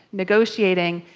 negotiating,